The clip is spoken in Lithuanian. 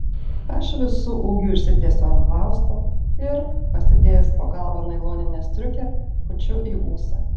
aš visu ūgiu išsitiesiu ant plausto ir pasidėjęs po galva nailoninę striukę pučiu į ūsą